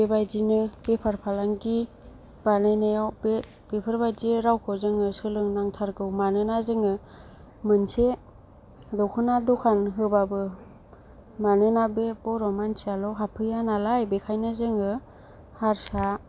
बेबादिनो बेफार फालांगि बानायनायाव बे बेफोरबादि रावखौ जोङो सोलोंनांथारगौ मानोना जोङो मोनसे दख'ना द'खान होबाबो मानोना बे बर' मानसियाल' हाबफैया नालाय बेखायनो जोङो हारसा